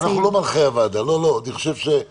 ואגב, לא כולם ניצלו גם בפעם